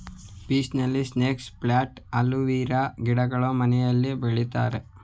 piece lily, snake plant, aloe vera ಗಿಡಗಳನ್ನು ಮನೆಯಲ್ಲಿ ಬೆಳಿತಾರೆ